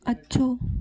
अछो